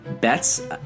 bets